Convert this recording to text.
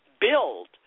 build